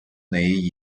неї